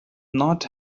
not